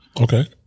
Okay